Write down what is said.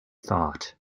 thought